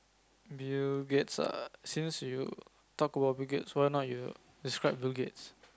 Bill-Gates ah get since you talk about Bill-Gates why not you describe Bill-Gates